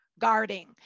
guarding